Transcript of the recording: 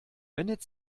wendet